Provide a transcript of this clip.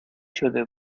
شده